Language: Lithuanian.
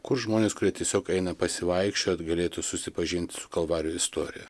kur žmonės kurie tiesiog eina pasivaikščiot galėtų susipažint su kalvarijų istorija